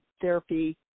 therapy